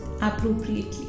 appropriately